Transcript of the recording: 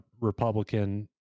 Republican